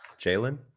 Jalen